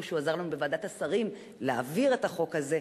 כמו שהוא עזר לנו בוועדת השרים להעביר את החוק הזה,